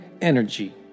energy